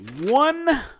One